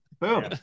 Boom